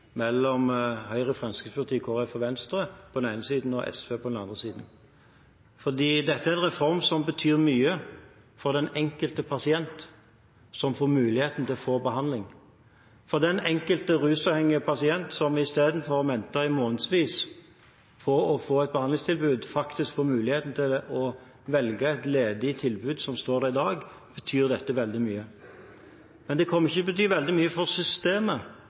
mellom Høyre, Fremskrittspartiet, Kristelig Folkeparti og Venstre på den ene siden og SV på den andre siden. Dette er en reform som betyr mye for den enkelte pasient som får muligheten til å få behandling. For den enkelte rusavhengige pasient, som i stedet for å vente i månedsvis på å få et behandlingstilbud faktisk får muligheten til å velge et ledig tilbud som står der i dag, betyr dette veldig mye. Men det kommer ikke til å bety veldig mye for systemet,